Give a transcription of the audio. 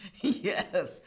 Yes